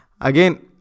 Again